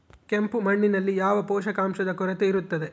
ಕೆಂಪು ಮಣ್ಣಿನಲ್ಲಿ ಯಾವ ಪೋಷಕಾಂಶದ ಕೊರತೆ ಇರುತ್ತದೆ?